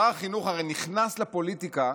שר החינוך הרי נכנס לפוליטיקה,